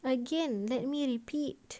again let me repeat